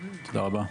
תודה רבה.